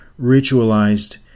ritualized